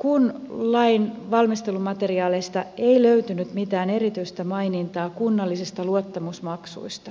kun lain valmistelumateriaaleista ei löytynyt mitään erityistä mainintaa kunnallisista luottamusmaksuista